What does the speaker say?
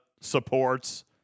supports